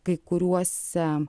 kai kuriuose